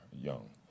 young